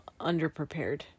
underprepared